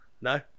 No